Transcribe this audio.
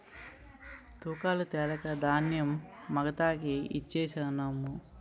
తూకాలు తెలక ధాన్యం మగతాకి ఇచ్ఛేససము